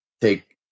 take